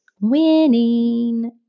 Winning